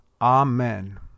Amen